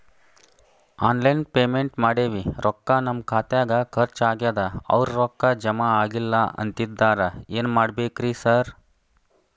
Online payment ಮಾಡೇವಿ ರೊಕ್ಕಾ ನಮ್ ಖಾತ್ಯಾಗ ಖರ್ಚ್ ಆಗ್ಯಾದ ಅವ್ರ್ ರೊಕ್ಕ ಜಮಾ ಆಗಿಲ್ಲ ಅಂತಿದ್ದಾರ ಏನ್ ಮಾಡ್ಬೇಕ್ರಿ ಸರ್?